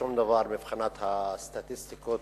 שום דבר מבחינת הסטטיסטיקות.